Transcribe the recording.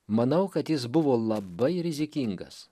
manau kad jis buvo labai rizikingas